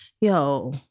yo